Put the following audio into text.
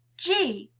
g!